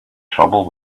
trouble